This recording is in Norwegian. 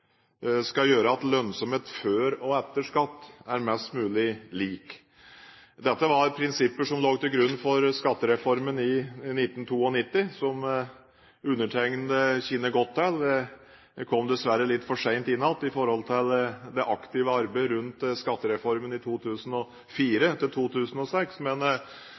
skal gjøre at lønnsomhet før og etter skatt er mest mulig lik. Dette var prinsipper som lå til grunn for skattereformen i 1992, som undertegnede kjenner godt til. Jeg kom dessverre litt for sent inn igjen i forhold til det aktive arbeidet rundt skattereformen i